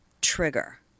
trigger